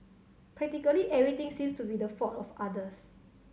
practically everything seems to be the fault of others